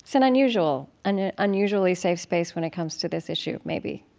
it's an unusual, an an unusually safe space when it comes to this issue maybe.